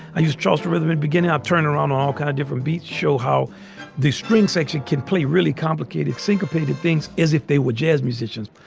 i use charleston rhythm in beginning. i turn around all kind of different beats. show how the string section can play really complicated syncopated things as if they were jazz musicians.